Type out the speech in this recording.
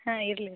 ಹಾಂ ಇರಲಿ